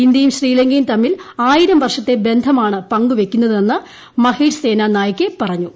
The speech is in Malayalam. ഇന്ത്യയും ശ്രീലങ്കയും തമ്മിൽ ആയിരം വർഷത്തെ ബന്ധമാണ് പങ്കുവയ്ക്കുന്നതെന്ന് മഹേഷ് സേനാ നായകെ പറഞ്ഞു